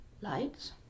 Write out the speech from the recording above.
lights